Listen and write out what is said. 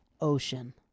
ocean